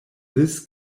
this